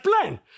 plan